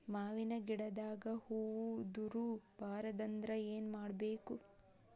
ಮಾವಿನ ಗಿಡದಾಗ ಹೂವು ಉದುರು ಬಾರದಂದ್ರ ಏನು ಮಾಡಬೇಕು?